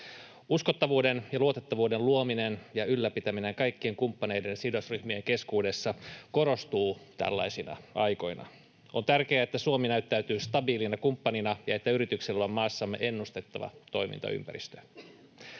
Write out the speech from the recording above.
Uskottavuuden ja luotettavuuden luominen ja ylläpitäminen kaikkien kumppaneiden ja sidosryhmien keskuudessa korostuvat tällaisina aikoina. On tärkeää, että Suomi näyttäytyy stabiilina kumppanina ja että yrityksillä on maassamme ennustettava toimintaympäristö.